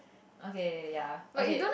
okay ya okay